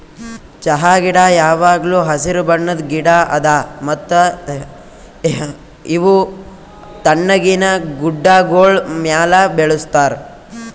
ಚಹಾ ಗಿಡ ಯಾವಾಗ್ಲೂ ಹಸಿರು ಬಣ್ಣದ್ ಗಿಡ ಅದಾ ಮತ್ತ ಇವು ತಣ್ಣಗಿನ ಗುಡ್ಡಾಗೋಳ್ ಮ್ಯಾಲ ಬೆಳುಸ್ತಾರ್